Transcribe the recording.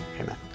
Amen